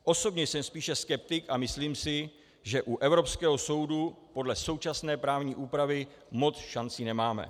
Osobně jsem spíše skeptik a myslím si, že u Evropského soudu podle současné právní úpravy moc šancí nemáme.